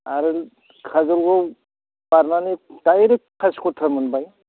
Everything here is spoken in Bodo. आरो काजोलगाव बारनानै डाइरेक्ट कासिकट्रा मोनबाय